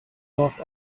north